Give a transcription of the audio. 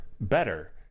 better